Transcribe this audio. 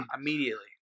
Immediately